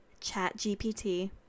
ChatGPT